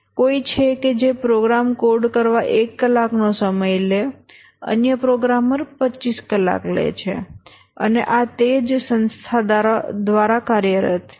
કોઈ છે કે જે પ્રોગ્રામ કોડ કરવા 1 કલાકનો સમય લે અન્ય પ્રોગ્રામર 25 કલાક લે છે અને આ તે જ સંસ્થા દ્વારા કાર્યરત છે